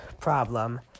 problem